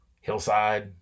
hillside